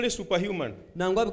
superhuman